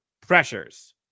pressures